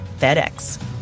FedEx